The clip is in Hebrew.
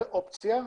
זו אופציה.